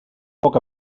poc